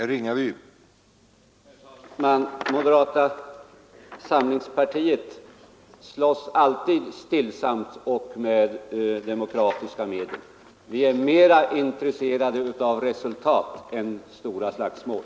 Herr talman! Moderata samlingspartiet slåss alltid stillsamt och med demokratiska medel. Vi är mera intresserade av resultat än av stora slagsmål.